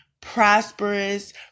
prosperous